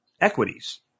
equities